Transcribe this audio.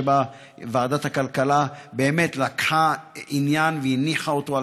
שבה ועדת הכלכלה לקחה עניין והניחה אותו על